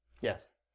Yes